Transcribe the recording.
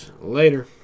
Later